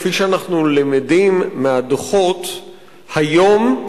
כפי שאנחנו למדים מהדוחות היום,